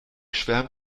schwärmt